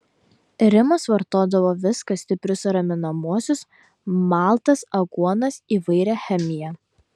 rimas vartodavo viską stiprius raminamuosius maltas aguonas įvairią chemiją